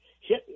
hit